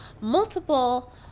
multiple